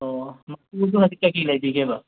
ꯑꯣ ꯃꯆꯨꯁꯦ ꯍꯧꯖꯤꯛ ꯀꯩ ꯀꯩ ꯂꯩꯕꯤꯒꯦꯕ